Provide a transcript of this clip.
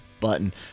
button